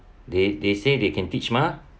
they they say they can teach mah